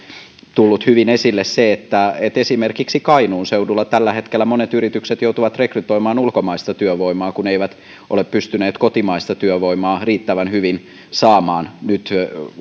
tullut hyvin esille se että että esimerkiksi kainuun seudulla tällä hetkellä monet yritykset joutuvat rekrytoimaan ulkomaista työvoimaa kun eivät ole pystyneet kotimaista työvoimaa riittävän hyvin saamaan nyt